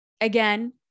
again